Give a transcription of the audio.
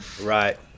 Right